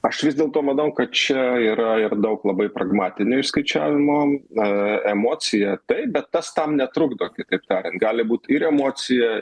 aš vis dėlto manau kad čia yra ir daug labai pragmatinio išskaičiavimo na emocija taip bet tas tam netrukdo kitaip tariant gali būt ir emocija